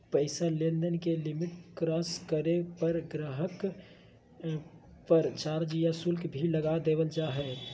पैसा लेनदेन के लिमिट क्रास करे पर गाहक़ पर चार्ज या शुल्क भी लगा देवल जा हय